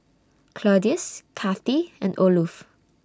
Claudius Kathi and Olof